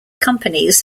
companies